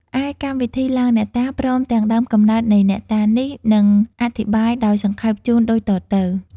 ឯកម្មវិធីឡើងអ្នកតា ព្រមទាំងដើមកំណើតនៃអ្នកតានេះ នឹងអធិប្បាយដោយសង្ខេបជូនដូចតទៅ។